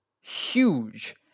huge